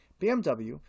BMW